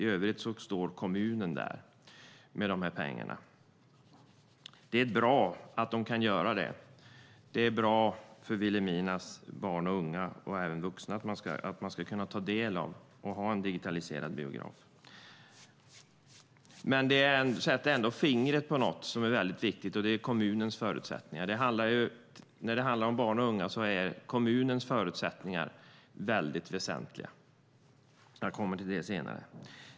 I övrigt står kommunen där med de här pengarna. Det är bra att de kan göra det. Det är bra för Vilhelminas barn och unga, och även vuxna, att kunna ta del av och ha en digitaliserad biograf. Detta sätter fingret på något som är väldigt viktigt, och det är kommunens förutsättningar. När det handlar om barn och unga är kommunens förutsättningar väldigt väsentliga. Jag kommer till det senare.